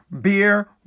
beer